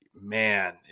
Man